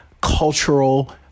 cultural